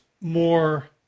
more